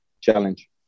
challenge